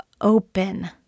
open